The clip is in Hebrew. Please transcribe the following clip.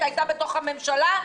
היה בתוך הממשלה.